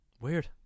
Weird